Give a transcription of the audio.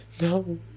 no